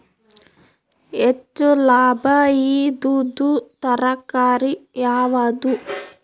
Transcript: ಹೆಚ್ಚು ಲಾಭಾಯಿದುದು ತರಕಾರಿ ಯಾವಾದು?